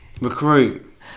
Recruit